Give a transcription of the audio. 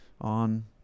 on